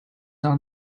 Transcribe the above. down